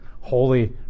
holy